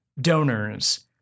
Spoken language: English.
donors